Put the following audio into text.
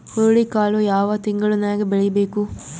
ಹುರುಳಿಕಾಳು ಯಾವ ತಿಂಗಳು ನ್ಯಾಗ್ ಬೆಳಿಬೇಕು?